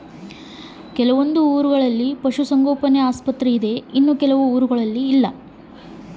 ಪ್ರತಿಯೊಂದು ಊರೊಳಗೆ ಪಶುಸಂಗೋಪನೆ ಆಸ್ಪತ್ರೆ ಅದವೇನ್ರಿ?